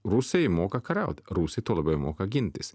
rusai moka kariaut rusai tuo labiau moka gintis